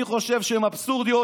אני חושב שהן אבסורדיות,